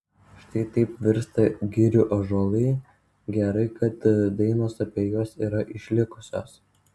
štai taip virsta girių ąžuolai gerai kad dainos apie juos yra išlikusios